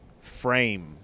frame